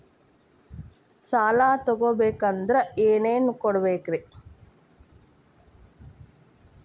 ಸಾಲ ತೊಗೋಬೇಕಂದ್ರ ಏನೇನ್ ಕೊಡಬೇಕ್ರಿ?